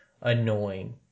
annoying